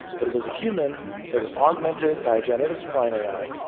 but it was a human that was augmented by a generative-design ai,